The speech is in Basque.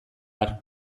har